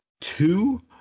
two